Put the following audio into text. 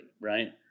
right